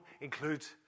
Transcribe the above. includes